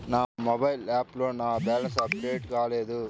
నా మొబైల్ యాప్లో నా బ్యాలెన్స్ అప్డేట్ కాలేదు